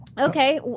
Okay